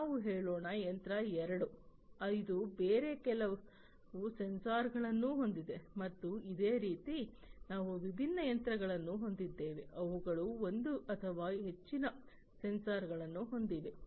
ನಾವು ಹೇಳೋಣ ಯಂತ್ರ 2 ಇದು ಬೇರೆ ಕೆಲವು ಸೆನ್ಸಾರ್ಗಳನ್ನು ಹೊಂದಿದೆ ಮತ್ತು ಅದೇ ರೀತಿ ನಾವು ವಿಭಿನ್ನ ಯಂತ್ರಗಳನ್ನು ಹೊಂದಿದ್ದೇವೆ ಅವುಗಳು ಒಂದು ಅಥವಾ ಹೆಚ್ಚಿನ ಸೆನ್ಸಾರ್ಗಳನ್ನು ಹೊಂದಿವೆ